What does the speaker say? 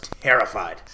terrified